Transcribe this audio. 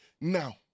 Now